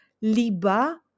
liba